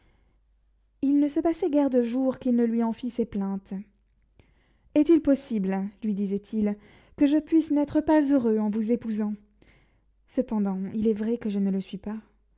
il ne se passait guère de jours qu'il ne lui en fît ses plaintes est-il possible lui disait-il que je puisse n'être pas heureux en vous épousant cependant il est vrai que je ne le suis pas